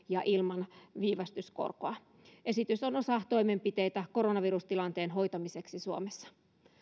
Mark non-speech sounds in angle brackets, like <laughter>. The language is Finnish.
<unintelligible> ja ilman viivästyskorkoa esitys on osa toimenpiteitä koronavirustilanteen hoitamiseksi suomessa